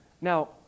Now